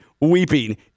weeping